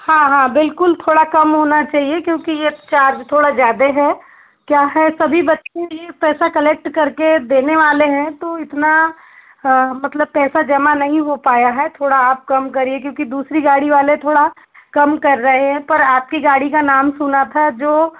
हाँ हाँ बिल्कुल थोड़ा कम होना चाहिए क्योंकि ये चार्ज थोड़ा ज्यादे है क्या है सभी बच्चे ये पैसा कलेक्ट करके देने वाले हैं तो इतना मतलब पैसा जमा नही हो पाया है थोड़ा आप कम करिये क्योंकि दूसरी गाड़ी वाले थोड़ा कम कर रहे हैं पर आपकी गाड़ी का नाम सुना था जो